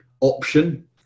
option